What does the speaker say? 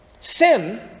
Sin